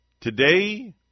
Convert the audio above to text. Today